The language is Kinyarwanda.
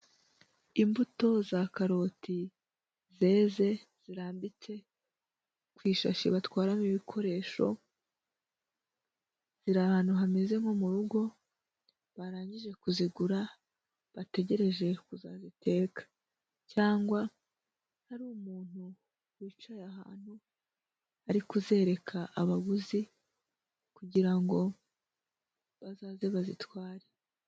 Imbuto za karoti zeze zirambitse ku ishashi batwaramo ibikoresho, ziri ahantu hameze nko mu rugo, barangije kuzigura bategereje kuzaziteka, cyangwa hari umuntu wicaye ahantu ari kuzereka abaguzi, kugira ngo bazaze bazitware.